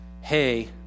Hey